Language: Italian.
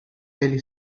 peli